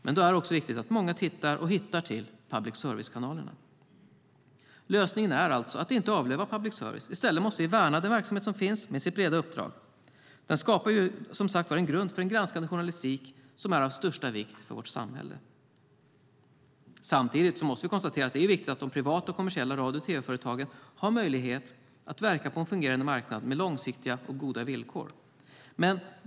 Men då är det också viktigt att många tittar på och hittar till public service-kanalerna. Lösningen är alltså inte att avlöva public service. I stället måste vi värna den verksamhet som finns med sitt breda uppdrag. Den skapar, som sagt var, en grund för en granskande journalistik som är av största vikt i vårt samhälle. Samtidigt måste vi konstatera att det är viktigt att de privata och kommersiella radio och tv-företagen har möjlighet att verka på en fungerande marknad med långsiktiga och goda villkor.